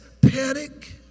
panic